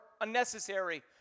unnecessary